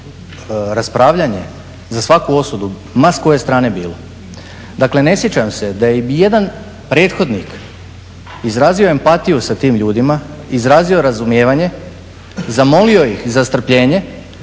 raspravljanje za svaku osudu ma s koje strane bilo. Dakle, ne sjećam se da je ijedan prethodnik izrazio empatiju s tim ljudima, izrazio razumijevanje, zamolio ih za strpljenje,